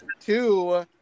two